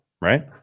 Right